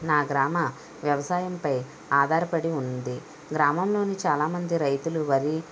నా గ్రామ వ్యవసాయంపై ఆధారపడి ఉంది గ్రామంలోని చాలామంది రైతులు వరి